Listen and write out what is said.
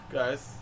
guys